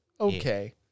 okay